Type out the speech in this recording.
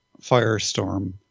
firestorm